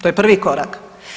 To je prvi korak.